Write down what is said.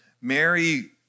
Mary